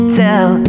tell